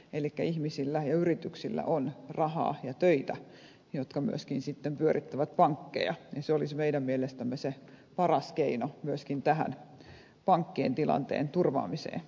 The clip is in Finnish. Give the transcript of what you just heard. elikkä kun ihmisillä ja yrityksillä on rahaa ja töitä jotka myöskin sitten pyörittävät pankkeja niin se olisi meidän mielestämme se paras keino myöskin pankkien tilanteen turvaamiseen